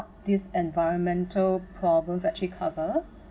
this environmental problems actually cover